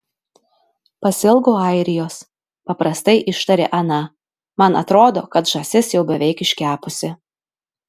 pasiilgau airijos paprastai ištarė ana man atrodo kad žąsis jau beveik iškepusi